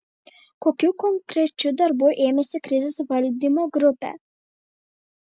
kokių konkrečių darbų ėmėsi krizės valdymo grupė